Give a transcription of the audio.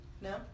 No